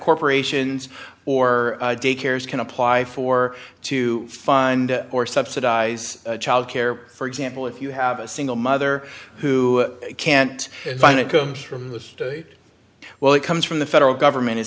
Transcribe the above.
corporations or daycares can apply for to find or subsidize child care for example if you have a single mother who can't find it comes from the state well it comes from the federal government is